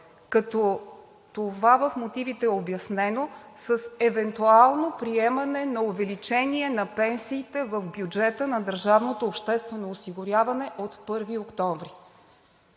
като това в мотивите е обяснено с евентуално приемане на увеличение на пенсиите в бюджета на държавното